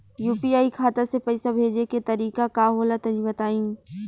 UPI खाता से पइसा भेजे के तरीका का होला तनि बताईं?